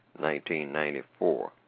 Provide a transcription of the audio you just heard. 1994